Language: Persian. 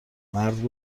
مرد